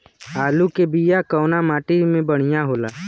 आलू के बिया कवना माटी मे बढ़ियां होला?